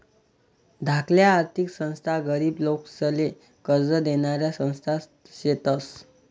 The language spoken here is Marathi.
धाकल्या आर्थिक संस्था गरीब लोकेसले कर्ज देनाऱ्या संस्था शेतस